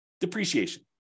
depreciation